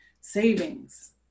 savings